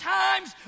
times